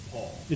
Paul